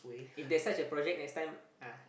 if there's such a project next time ah